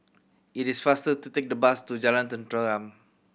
it is faster to take the bus to Jalan Tenteram